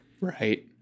right